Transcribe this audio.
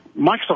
Microsoft